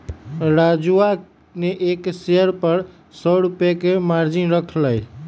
राजूवा ने एक शेयर पर सौ रुपया के मार्जिन रख लय